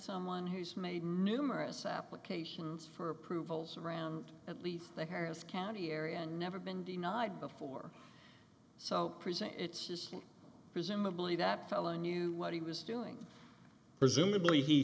someone who has made numerous applications for approvals around at least the harris county area and never been denied before so present it's just presumably that fellow knew what he was doing presumably he